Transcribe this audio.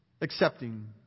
accepting